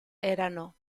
erano